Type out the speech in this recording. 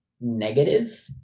negative